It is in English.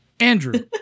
Andrew